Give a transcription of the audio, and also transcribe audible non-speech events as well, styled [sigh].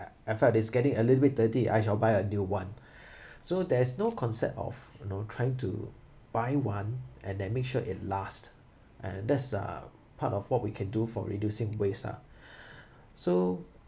in fact is getting a little bit dirty I shall buy a new one [breath] so there's no concept of you know trying to buy one and then make sure it last and that's a part of what we can do for reducing waste ah [breath] so